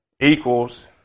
equals